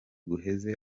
guheze